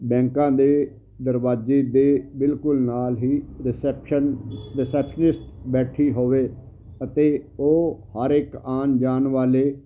ਬੈਂਕਾਂ ਦੇ ਦਰਵਾਜ਼ੇ ਦੇ ਬਿਲਕੁਲ ਨਾਲ ਹੀ ਰਿਸੈਪਸ਼ਨ ਰਿਸੈਪਸ਼ਨਿਸਟ ਬੈਠੀ ਹੋਵੇ ਅਤੇ ਉਹ ਹਰ ਇੱਕ ਆਉਣ ਜਾਣ ਵਾਲੇ